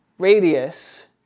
radius